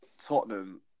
Tottenham